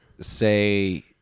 say